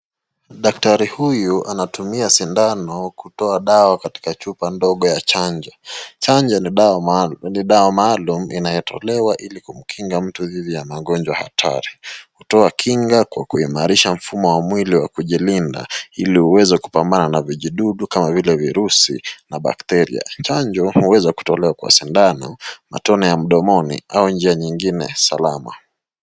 Daktari huyu anatumia sindano kutoa dawa katika chupa ndogo ya chanjo, chanjo ni dawa maalum inayotolewa ili kumkinga mtu didhi ya magonjwa hatari, hutoa kinga kwa kuimarisha mfumo wa mwili wa kujilinda ili uweze kubambana na vijidudu kama vile virusi na bakteria, chanjo huweza kutolewa kwa sindano, matone ya mdomoni au njia nyingine salama.